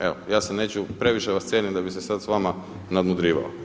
Evo ja se neću, previše vas cijenim da bih se sad sa vama nadmudrivao.